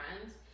friends